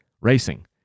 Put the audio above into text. racing